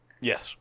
Yes